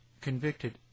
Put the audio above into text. convicted